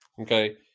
okay